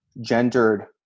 gendered